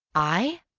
i?